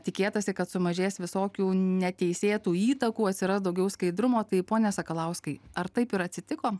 tikėtasi kad sumažės visokių neteisėtų įtakų atsiras daugiau skaidrumo tai pone sakalauskai ar taip ir atsitiko